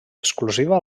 exclusiva